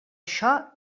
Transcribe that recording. això